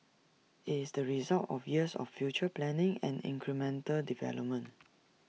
IT is the result of years of future planning and incremental development